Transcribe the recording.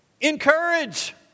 encourage